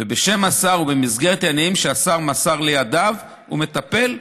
ובשם השר ובמסגרת העניינים שהשר מסר לידיו הוא מטפל,